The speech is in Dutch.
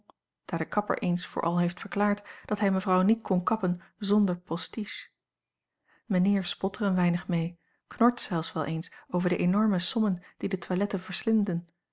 daar de kapper eens voor al heeft verklaard dat hij mevrouw niet kon kappen zonder postiche mijnheer spot er een weinig mee knort zelfs wel eens over de enorme sommen a l g bosboom-toussaint langs een omweg die de toiletten verslinden